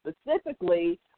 specifically